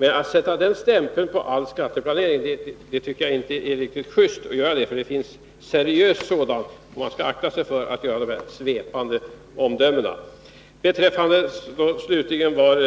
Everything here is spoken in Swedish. Men att sätta denna stämpel på all skatteplanering tycker jaginte är riktigt just, för det finns seriös sådan planering, och man skall akta sig för att göra svepande omdömen av det här slaget. Slutligen: När det